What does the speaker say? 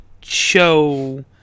show